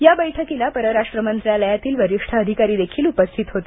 ह्या बैठकीला परराष्ट्र मंत्रालयातील वरिष्ठ अधिकारी देखील उपस्थित होते